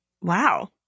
Wow